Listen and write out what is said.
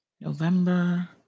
November